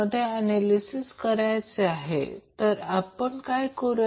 three phase system वापरून three फेजचा हा मुख्य फायदा आहे